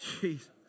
Jesus